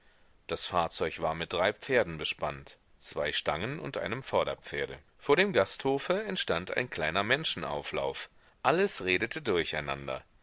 das fahrzeug war mit drei pferden bespannt zwei stangen und einem vorderpferde vor dem gasthofe entstand ein kleiner menschenauflauf alles redete durcheinander